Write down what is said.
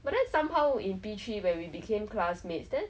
but then somehow in P_three when we became classmates then